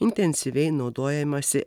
intensyviai naudojamasi